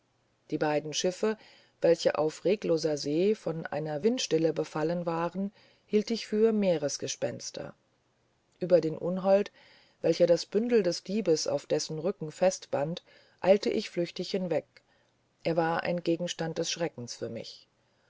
die beiden schiffe welche auf regungsloser see von einer windstille befallen werden hielt ich für meergespenster über den unhold welcher das bündel des diebes auf dessen rücken fest band eilte ich flüchtig hinweg er war ein gegenstand des schreckens für mich